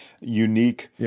unique